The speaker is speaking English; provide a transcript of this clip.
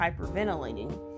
hyperventilating